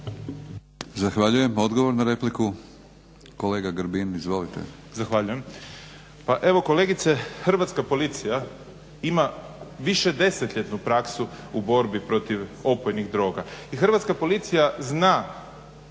Zahvaljujem. Odgovor na repliku, kolega Grbin. Izvolite.